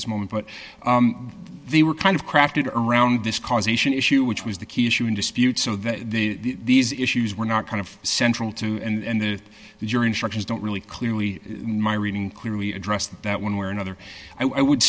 this moment but they were kind of crafted around this causation issue which was the key issue in dispute so that the these issues were not kind of central to and that the jury instructions don't really clearly my reading clearly addressed that one way or another i would